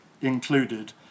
Included